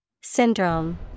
Syndrome